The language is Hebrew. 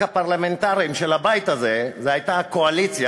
הפרלמנטריים של הבית הזה זה היה הקואליציה,